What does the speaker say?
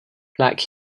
black